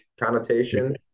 connotation